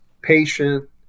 patient